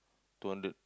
two hundred